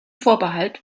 vorbehalt